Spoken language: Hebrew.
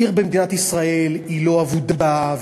עיר במדינת ישראל היא לא אבודה,